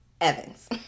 Evans